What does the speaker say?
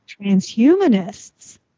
transhumanists